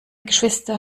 geschwister